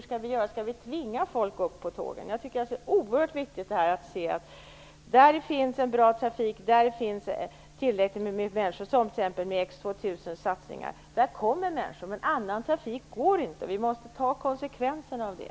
Skall vi tvinga folk att åka tåg? Det är oerhört viktigt att studera var det finns en bra trafik och tillräckligt med resenärer. Ett exempel är satsningen med X 2000. Den fungerar, men annan trafik går inte. Vi måste ta konsekvenserna av det.